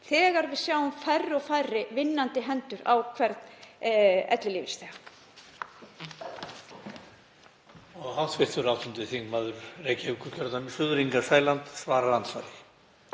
þegar við sjáum færri og færri vinnandi hendur á hvern ellilífeyrisþega?